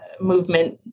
movement